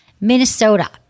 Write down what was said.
Minnesota